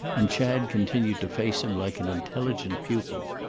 and chad continued to face him like an intelligent pupil.